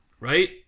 Right